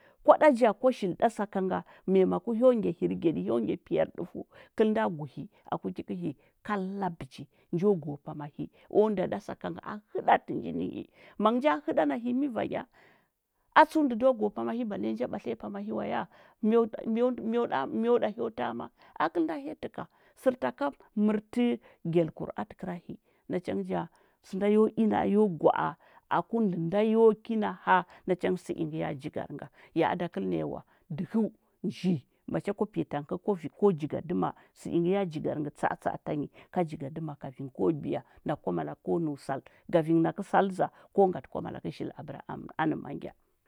Kwa ɗa ja kwa shili ɗa saka nga, memako hyo ngya hirgyaɗi yo ngya piyarɗufəu. kəlnda guhi aku ki kəhi kalla bəji, njo go pama hi. O nda ɗa saka nga a həɗatə nji nə hi. Mangə nja həɗa a hi, mi vanya? A tsəu ndə do pama hi balle nja ɓatliya pama hi wa ya, myo ɗə myo ɗa myo ɗa hyo tama? A kəlnda hya təkəa, sərtaka mərti gyalkur a təkəra hi. Nacha ngə ja, sənda yo i na a yo gwa a, aku ndə nda yo kina həa, nacha ngə sə ingə ya jigar nga, ya a da kəl naya wa, dəhəu nji, macha kwa piya tang kə ku vi ko jigadəma. sə ingə ya jigar nga, tsa atsa a tanyi ka jigadəma kafin ko biya nakə kwamalakə ko nəu sal, gavin nakə sal ja, ko ngatə kwamalakə shili abəra am anda ma ngya.